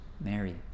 Mary